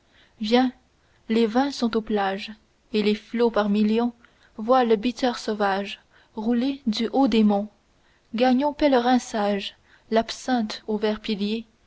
viens les vins sont aux plages et les flots par millions vois le bitter sauvage rouler du haut des monts gagnons pèlerins sages l'absinthe aux verts piliers